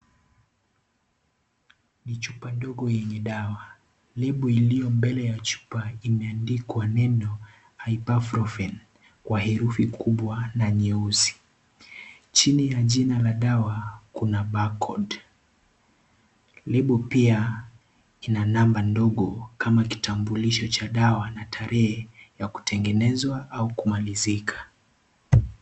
Ni chupa ndogo enye dawa. Lebo iliyo mbele ya chupa imeandikwa neno IBUPROFEN kwa herufi kubwa na nyeusi. chini ya jina la dawa kuna (cs) barcode (cs). Lebo pia lina namba kama za kitabulisho cha dawa na tarehe ya kutengenezwa ama kumalizika.